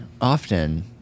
often